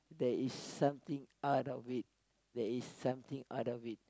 there is something out of it there is something out of it